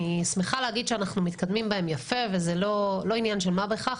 אני שמחה להגיד שאנחנו מתקדמים יפה וזה לא עניין של מה בכך.